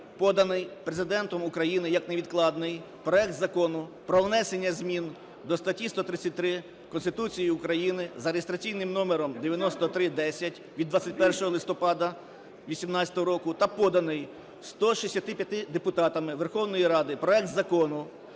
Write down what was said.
поданий Президентом України як невідкладний проект Закону про внесення змін до статті 133 Конституції України за реєстраційним номером 9310 від 21 листопада 18-го року та поданий 165 депутатами Верховної Ради проект Закону